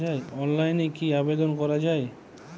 অনলাইনে কি আবেদন করা য়ায়?